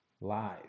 live